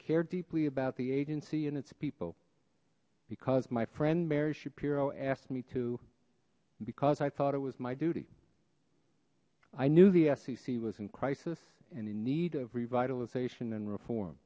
care deeply about the agency and its people because my friend mary schapiro asked me to because i thought it was my duty i knew the sec was in crisis and in need of revitalization and reform